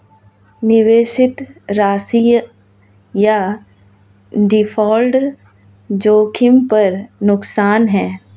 निवेशित राशि या डिफ़ॉल्ट जोखिम पर नुकसान है